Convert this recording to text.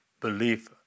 belief